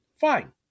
Fine